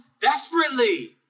desperately